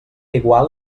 igual